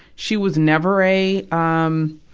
she was never a, um,